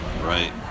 right